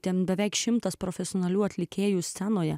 ten beveik šimtas profesionalių atlikėjų scenoje